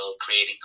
creating